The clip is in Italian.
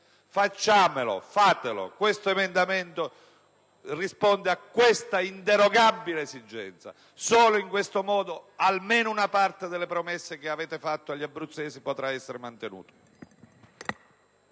Facciamolo, fatelo! Questo emendamento risponde a tale inderogabile esigenza. Solo in questo modo almeno una parte delle promesse che avete fatto agli abruzzesi potrà essere mantenuta.